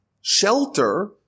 shelter